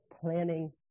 planning